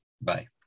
Bye